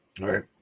right